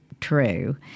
true